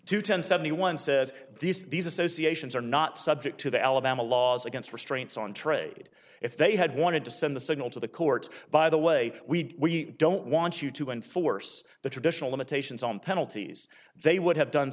to ten seventy one says these these associations are not subject to the alabama laws against restraints on trade if they had wanted to send the signal to the courts by the way we don't want you to enforce the traditional limitations on penalties they would have done